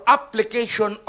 application